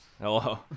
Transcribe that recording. Hello